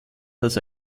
dass